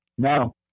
No